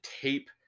tape